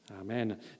Amen